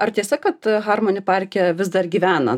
ar tiesa kad harmoni parke vis dar gyvena